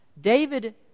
David